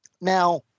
now